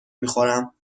میخورم